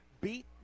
beat